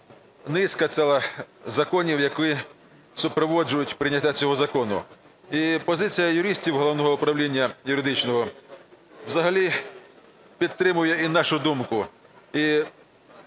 низка ціла законів, які супроводжують прийняття цього закону. І позиція юристів Головного юридичного управління взагалі підтримує і нашу думку.